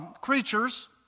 creatures